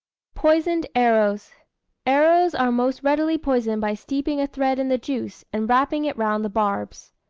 poisoned arrows arrows are most readily poisoned by steeping a thread in the juice, and wrapping it round the barbs.